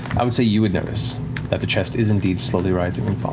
i would say you would notice that the chest is indeed slowly rising and